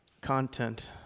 content